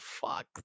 fuck